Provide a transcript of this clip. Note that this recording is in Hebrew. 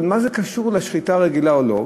אבל מה זה קשור לשחיטה רגילה או לא?